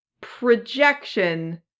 projection